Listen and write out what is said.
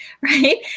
right